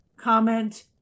comment